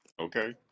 Okay